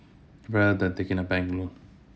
better than taking a bank loan